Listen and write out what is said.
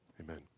Amen